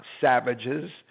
savages